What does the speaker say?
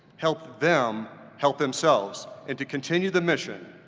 help them help themselves and to continue the mission,